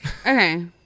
Okay